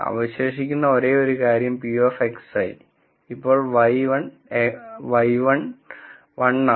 അവശേഷിക്കുന്ന ഒരേയൊരു കാര്യം p ഓഫ് xi ഇപ്പോൾ yi 1 ആണ്